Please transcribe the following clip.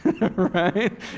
right